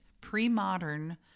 pre-modern